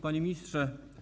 Panie Ministrze!